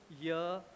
year